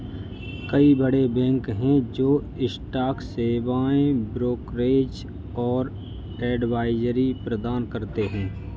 कई बड़े बैंक हैं जो स्टॉक सेवाएं, ब्रोकरेज और एडवाइजरी प्रदान करते हैं